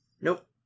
Nope